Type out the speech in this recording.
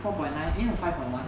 four point nine eh no five point one